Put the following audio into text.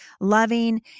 loving